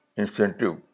incentive